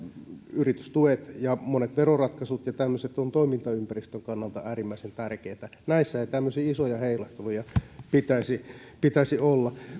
yritystuet ja monet veroratkaisut ja tämmöiset ovat toimintaympäristön kannalta äärimmäisen tärkeitä näissä ei tämmöisiä isoja heilahteluja pitäisi pitäisi olla